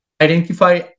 identify